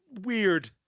weird